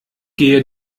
gehe